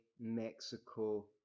Mexico